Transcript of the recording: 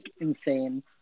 insane